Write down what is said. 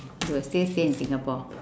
you will still stay in singapore